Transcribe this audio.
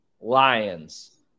Lions